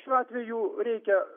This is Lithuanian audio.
šiuo atveju reikia